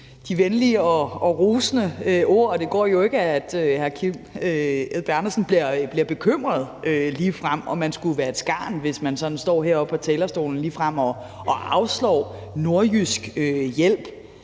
de venlige og rosende ord. Det går jo ikke, at hr. Kim Edberg Andersen ligefrem bliver bekymret. Man skulle være et skarn, hvis man sådan står heroppe på talerstolen og ligefrem afslår nordjysk hjælp.